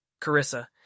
Carissa